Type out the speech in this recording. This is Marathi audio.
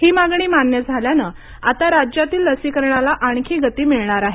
ही मागणी मान्य झाल्याने आता राज्यातील लसीकरणाला आणखी गती मिळणार आहे